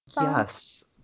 yes